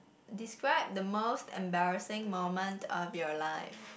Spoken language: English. describe the most embarrassing moment of your life